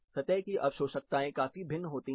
सतह की अवशोषकताएं काफी भिन्न होती है